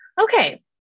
Okay